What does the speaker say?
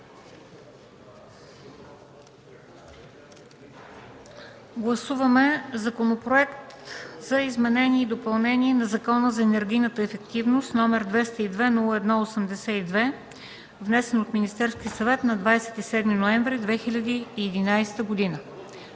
гласуване Законопроект за изменение и допълнение на Закона за енергийната ефективност № 202 01 82, внесен от Министерския съвет на 27 ноември 2011 г.